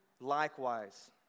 likewise